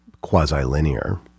quasi-linear